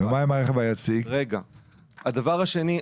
הדבר השני.